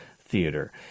theater